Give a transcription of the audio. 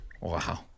Wow